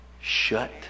shut